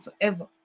forever